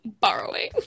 borrowing